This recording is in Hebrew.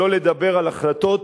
שלא לדבר על החלטות,